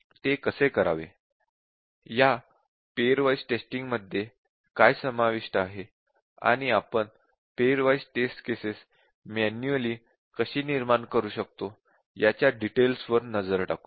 ते कसे करावे या पेअर वाइज़ टेस्टिंग मध्ये काय समाविष्ट आहे आणि आपण pairwise test cases manually कशी निर्माण करू शकतो याच्या डिटेल्स वर नजर टाकूया